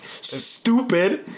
stupid